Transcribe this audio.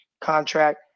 contract